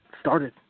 started